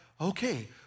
okay